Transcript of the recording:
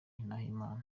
ndahimana